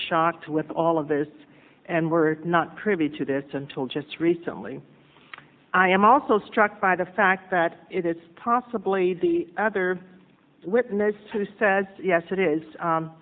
shocked with all of this and we're not privy to this until just recently i am also struck by the fact that it's possibly the other witness who says yes it is